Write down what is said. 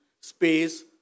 space